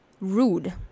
rude